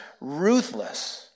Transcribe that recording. ruthless